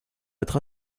être